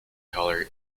colour